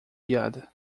piada